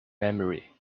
memory